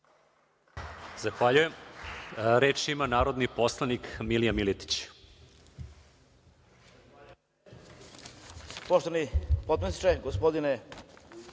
Zahvaljujem. Reč ima narodni poslanik Milija Miletić.